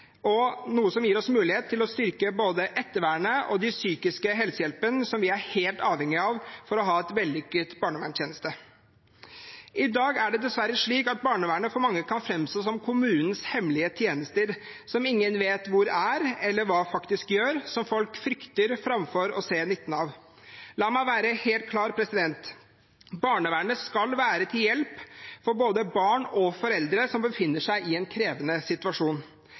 noe som gir oss mulighet til å styrke både ettervernet og den psykiske helsehjelpen som vi er helt avhengig av for å ha en vellykket barnevernstjeneste. I dag er det dessverre slik at barnevernet for mange kan framstå som «kommunens hemmelige tjenester», som ingen vet hvor er, eller hva de faktisk gjør, som folk frykter framfor å se nytten av. La meg være helt klar: Barnevernet skal være til hjelp for både barn og foreldre som befinner seg i en krevende situasjon,